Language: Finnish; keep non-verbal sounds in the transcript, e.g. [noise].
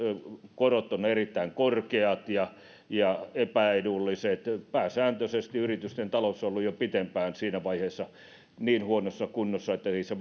korot ovat erittäin korkeat ja ja epäedulliset pääsääntöisesti yritysten talous on ollut siinä vaiheessa pitempään niin huonossa kunnossa että ei se [unintelligible]